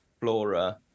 flora